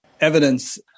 evidence